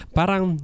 parang